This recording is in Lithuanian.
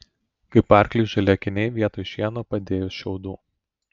kaip arkliui žali akiniai vietoj šieno padėjus šiaudų